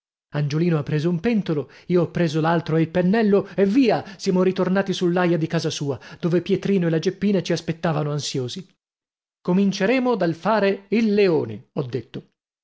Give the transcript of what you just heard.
angiolino ha preso un pentolo io ho preso l'altro e il pennello e via siamo ritornati sull'aia di casa sua dove pietrino e la geppina ci aspettavano ansiosi cominceremo dal fare il leone ho detto